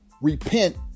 repent